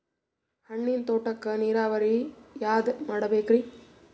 ಹಣ್ಣಿನ್ ತೋಟಕ್ಕ ನೀರಾವರಿ ಯಾದ ಮಾಡಬೇಕ್ರಿ?